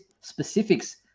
specifics